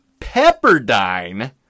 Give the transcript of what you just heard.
Pepperdine